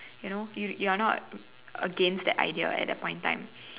you know you you are not against the idea at that point in time